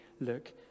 look